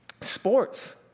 sports